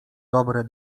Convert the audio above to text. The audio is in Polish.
dobre